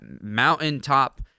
mountaintop